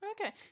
Okay